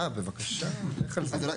אה, בבקשה, לך על זה.